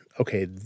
okay